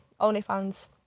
OnlyFans